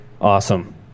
Awesome